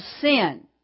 sin